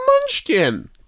munchkin